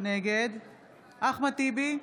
נגד אחמד טיבי,